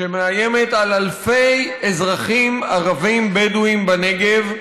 שמאיימת על אלפי אזרחים ערבים בדואים בנגב,